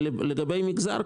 לגבי מגזר,